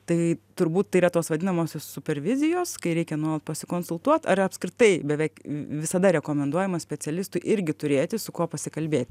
tai turbūt tai yra tos vadinamosios super vizijos kai reikia nuo pasikonsultuot ar apskritai beveik visada rekomenduojama specialistui irgi turėti su kuo pasikalbėti